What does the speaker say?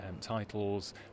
titles